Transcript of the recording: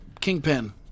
Kingpin